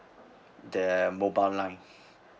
the uh mobile line